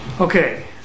Okay